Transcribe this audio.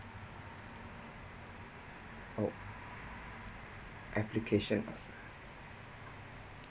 oh application of